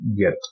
get